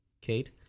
Kate